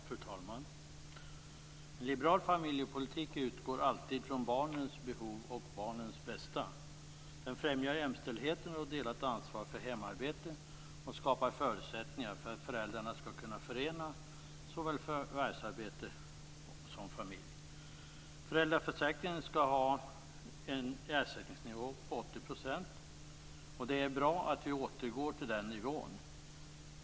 Fru talman! En liberal familjepolitik utgår alltid från barnens behov och barnens bästa. Den främjar jämställdheten och delat ansvar för hemarbete och skapar förutsättningar för att föräldrar skall kunna förena såväl förvärvsarbete som familj. Föräldraförsäkringen skall ha en ersättningsnivå på 80 %. Det är bra att den återgår till den nivån.